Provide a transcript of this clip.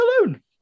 alone